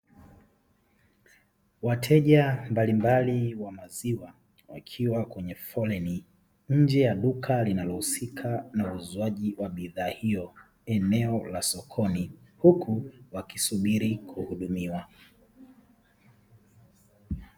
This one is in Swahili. Wateja mbalimbali wa maziwa, wakiwa kwenye foleni nje ya duka linalohusika na uuzwaji wa bidhaa hiyo, eneo la sokoni huku wakisubiri kuhudumiwa.